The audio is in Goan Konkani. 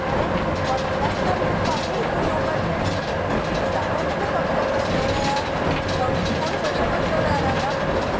म्हणून येतना तुमी कमी हितून येवपाचें जशे की जाता तितले कमी कपडे घेवन येया पूण पयशे मात चड हाडात आं